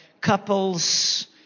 couples